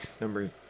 Number